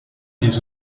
des